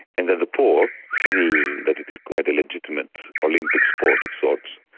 and then the poor, feeling that it is quite a legitimate olympic sport of sorts,